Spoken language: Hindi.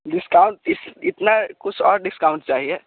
डिस्काउंट इस इतना कुछ और डिस्काउंट चाहिए